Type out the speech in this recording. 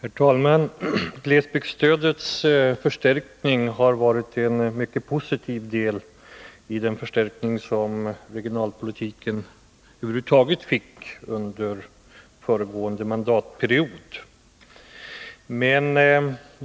Herr talman! Glesbygdsstödets förstärkning har varit en mycket positiv del i den förstärkning som regionalpolitiken över huvud taget fick under föregående mandatperiod.